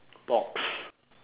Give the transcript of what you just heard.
box